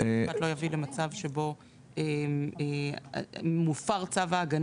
בית משפט לא יביא למצב שבו מופר צו ההגנה.